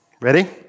Ready